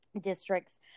districts